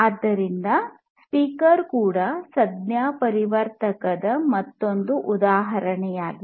ಆದ್ದರಿಂದ ಸ್ಪೀಕರ್ ಕೂಡ ಸಂಜ್ಞಾಪರಿವರ್ತಕದ ಮತ್ತೊಂದು ಉದಾಹರಣೆಯಾಗಿದೆ